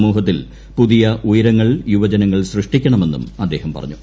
സമൂഹത്തിൽ പുതിയ ഉയരങ്ങൾ യുവജനങ്ങൾ സൃഷ്ടിക്കണമെന്നും അദ്ദേഹം പറഞ്ഞു